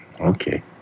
Okay